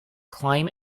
climb